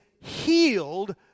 healed